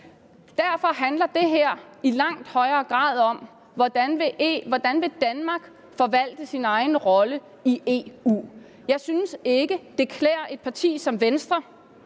Derfor handler det her i langt højere grad om, hvordan Danmark vil forvalte sin egen rolle i EU. Jeg synes ikke, det klæder et parti som Venstre